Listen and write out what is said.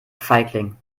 feigling